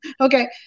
Okay